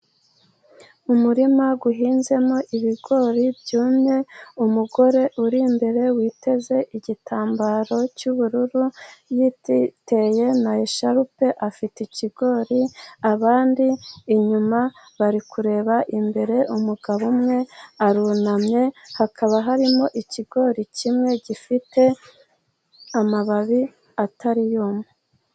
Umurima uhinzemo ibigori byumye, umugore uri imbere witeze igitambaro cy'ubururu, yititeye na isharupe, afite ikigori, abandi inyuma bari kureba imbere, umugabo umwe arunamye, hakaba harimo ikigori kimwe gifite amababi atariyuma.